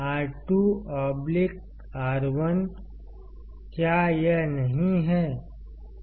R 2 R 1 क्या यह नहीं है